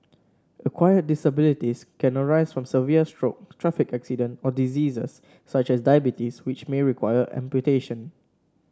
acquired disabilities can arise from severe stroke traffic accident or diseases such as diabetes which may require amputation